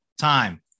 time